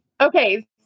Okay